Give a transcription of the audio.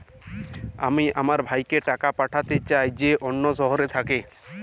আমি আমার ভাইকে টাকা পাঠাতে চাই যে অন্য শহরে থাকে